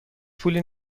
پولی